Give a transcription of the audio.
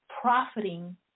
profiting